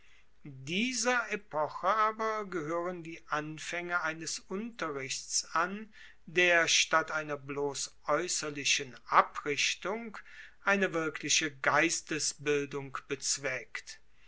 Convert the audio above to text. dieser epoche aber gehoeren die anfaenge eines unterrichts an der statt einer bloss aeusserlichen abrichtung eine wirkliche geistesbildung bezweckt